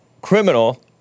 criminal